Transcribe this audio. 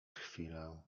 chwilę